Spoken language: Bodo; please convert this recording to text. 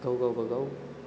गाव गावबागाव